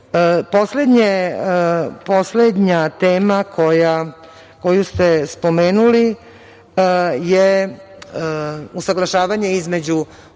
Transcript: predlogom. Poslednja tema koju ste spomenuli je usaglašavanje između